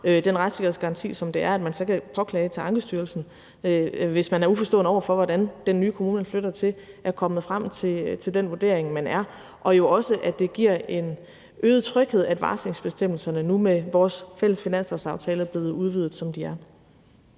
den retssikkerhedsgaranti, som det er, at man så kan påklage det til Ankestyrelsen, hvis man er uforstående over for, hvordan den nye kommune, man flytter til, er kommet frem til den vurdering, den er. Det giver jo også en øget tryghed, at varslingsbestemmelserne nu med vores fælles finanslovsaftale er blevet udvidet, som de er.